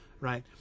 right